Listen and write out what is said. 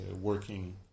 working